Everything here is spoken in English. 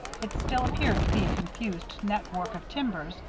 it still appeared to be a confused network of timbers,